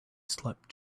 slept